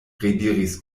rediris